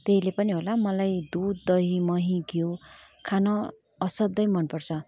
त्यहीले पनि होला मलाई दुध दही मही घिउ खान असाध्यै मनपर्छ